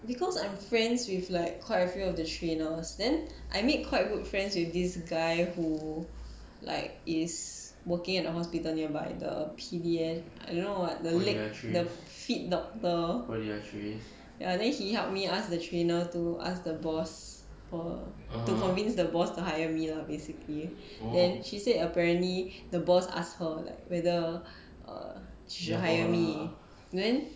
because I'm friends with like quite a few of the trainers then I made quite good friends with this guy who like is working at the hospital nearby the P_D_N and I you know what the leg the feet doctor ya then he helped me ask the trainer to ask the boss or to convince the boss to hire me lah basically then she said apparently the boss ask her like whether